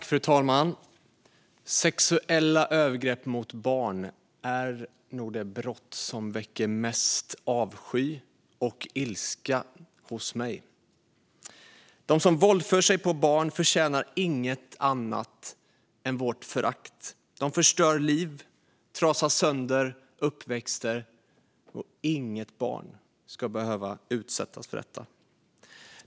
Fru talman! Sexuella övergrepp mot barn är nog det brott som väcker mest avsky och ilska hos mig. De som våldför sig på barn förtjänar inget annat än vårt förakt. De förstör liv och trasar sönder uppväxter. Inget barn ska behöva utsättas för det.